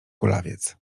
kulawiec